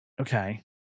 okay